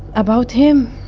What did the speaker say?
about him